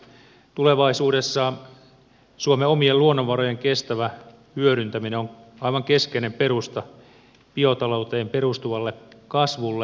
tulevaisuudessa suomen omien luonnonvarojen kestävä hyödyntäminen on aivan keskeinen perusta biotalouteen perustuvalle kasvulle